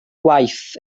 gwaith